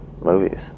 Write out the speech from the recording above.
movies